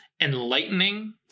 enlightening